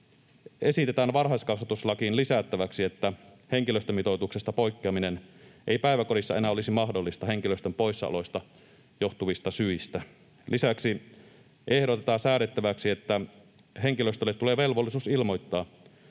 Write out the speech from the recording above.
esitetään varhaiskasvatuslakiin lisättäväksi, että henkilöstömitoituksesta poikkeaminen ei päiväkodissa enää olisi mahdollista henkilöstön poissaoloista johtuvista syistä. Lisäksi ehdotetaan säädettäväksi, että henkilöstölle tulee velvollisuus ilmoittaa